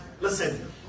listen